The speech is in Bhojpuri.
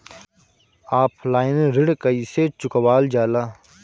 ऑफलाइन ऋण कइसे चुकवाल जाला?